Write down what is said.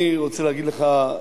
אני רוצה להגיד לך,